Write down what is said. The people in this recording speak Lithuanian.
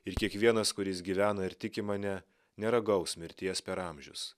ir kiekvienas kuris gyvena ir tiki mane neragaus mirties per amžius